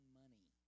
money